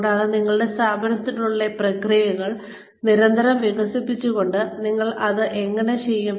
കൂടാതെ നിങ്ങളുടെ സ്ഥാപനത്തിനുള്ളിലെ പ്രക്രിയകൾ നിരന്തരം വികസിപ്പിച്ചുകൊണ്ട് നിങ്ങൾ അത് എങ്ങനെ ചെയ്യും